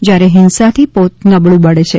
જયારે હીંસાથી પોત નબળું પડે છે